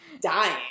dying